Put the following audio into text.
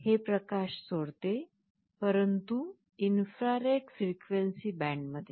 हे प्रकाश सोडते परंतु इन्फ्रारेड frequency बँडमध्ये